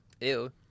Ew